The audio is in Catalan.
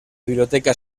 biblioteca